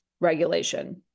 regulation